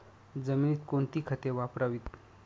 जमिनीत कोणती खते वापरावीत?